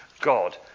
God